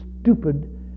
stupid